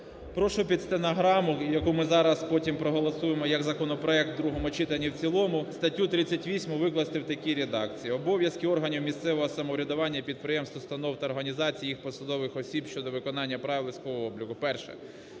Прошу під стенограму, яку ми зараз, потім проголосуємо як законопроект в другому читанні і в цілому, статтю 38 викласти в такій редакції. Обов'язки органів місцевого самоврядування підприємств, установ та організацій, їх посадових осіб щодо виконання правил військового обліку. Перше.